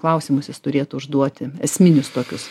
klausimus jis turėtų užduoti esminius tokius